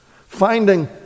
finding